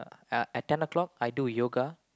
I at ten o-clock I do yoga